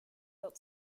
built